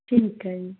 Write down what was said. ਠੀਕ ਹੈ ਜੀ